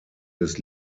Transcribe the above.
des